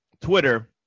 Twitter